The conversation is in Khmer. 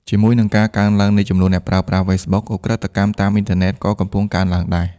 ជាមួយនឹងការកើនឡើងនៃចំនួនអ្នកប្រើប្រាស់ Facebook ឧក្រិដ្ឋកម្មតាមអ៊ីនធឺណិតក៏កំពុងកើនឡើងដែរ។